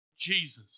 Jesus